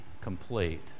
complete